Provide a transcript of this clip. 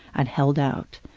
i'd held out.